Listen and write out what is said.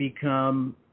become